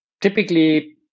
typically